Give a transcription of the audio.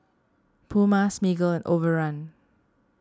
Puma Smiggle and Overrun